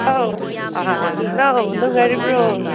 hello ꯑꯥ hello ꯅꯨꯡꯉꯥꯏꯔꯤꯕ꯭ꯔꯣ